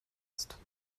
ist